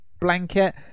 blanket